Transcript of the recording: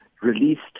released